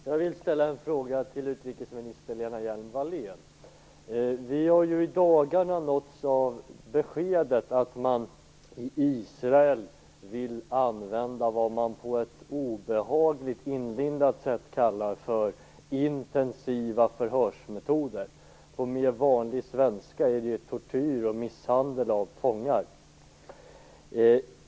Herr talman! Jag vill ställa en fråga till utrikesminister Lena Hjelm-Wallén. Vi har i dagarna nåtts av beskedet att man i Israel vill använda vad man på ett obehagligt inlindat sätt kallar för intensiva förhörsmetoder. På vanlig svenska är det tortyr och misshandel av fångar.